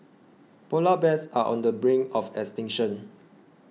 Polar Bears are on the brink of extinction